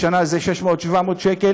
בשנה זה 600 700 שקל.